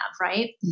Right